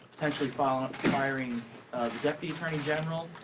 potentially firing ah firing the deputy attorney general.